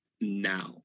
now